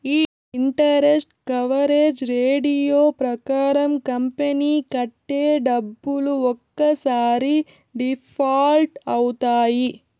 ఈ interest coverage ratio ప్రకారం company కట్టే డబ్బులు ఒక్కసారి డిఫాల్ట్ అవుతాయి